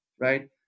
right